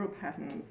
patterns